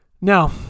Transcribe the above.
Now